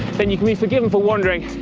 then you can be forgiven for wondering,